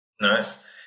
Nice